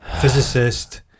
physicist